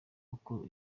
kuko